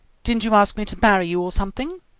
didn't you ask me to marry you or something?